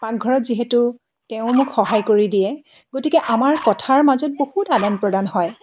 পাকঘৰত যিহেতু তেৱোঁ মোক সহায় কৰি দিয়ে গতিকে আমাৰ কথাৰ মাজত বহুত আদান প্ৰদান হয়